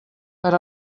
per